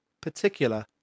particular